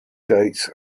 dates